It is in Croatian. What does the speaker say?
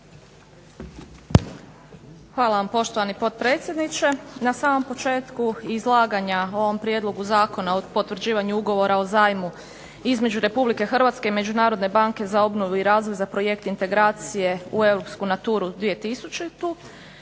Hvala vam, poštovani potpredsjedniče. Na samom početku izlaganja o ovom Prijedlogu zakona o potvrđivanju Ugovora o zajmu između Republike Hrvatske i Međunarodne banke za obnovu i razvoj za Projekt integracije u EU Natura 2000